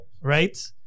right